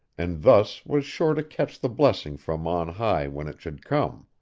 and thus was sure to catch the blessing from on high when it should come.